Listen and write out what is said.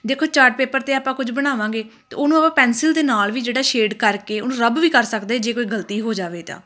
ਦੇਖੋ chart paper 'ਤੇ ਆਪਾਂ ਕੁਝ ਬਣਾਵਾਂਗੇ ਤਾਂ ਉਹਨੂੰ ਆਪਾਂ ਪੈਨਸਿਲ ਦੇ ਨਾਲ ਵੀ ਜਿਹੜਾ ਸ਼ੇਡ ਕਰਕੇ ਉਹਨੂੰ ਰਬ ਵੀ ਕਰ ਸਕਦੇ ਜੇ ਕੋਈ ਗਲਤੀ ਹੋ ਜਾਵੇ ਤਾਂ